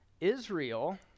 Israel